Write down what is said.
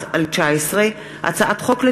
פ/1391/19 וכלה בהצעת חוק פ/1436/19,